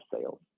sales